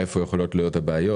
היכן יכולות להיות הבעיות.